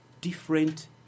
different